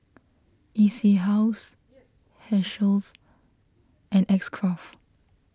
E C House Herschel's and X Craft